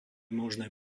možné